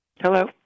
Hello